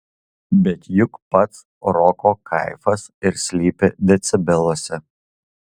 bet juk pats roko kaifas ir slypi decibeluose